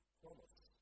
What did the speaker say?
promise